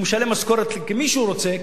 הוא משלם משכורת למי שהוא רוצה,